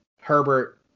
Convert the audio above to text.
Herbert